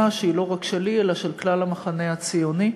שהיא לא רק שלי אלא של כלל המחנה הציוני.